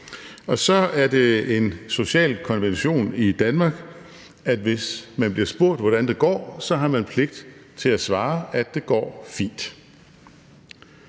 Og så er det en social konvention i Danmark, at hvis man bliver spurgt, hvordan det går, så har man pligt til at svare, at det går fint.